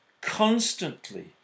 constantly